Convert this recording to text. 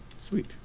Sweet